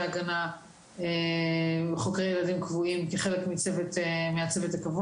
ההגנה חוקרי ילדים קבועים כחלק מהצוות הקבוע.